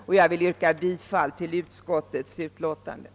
Jag ber att få yrka bifall till utskottets hemställan.